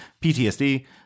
PTSD